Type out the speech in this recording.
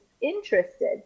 interested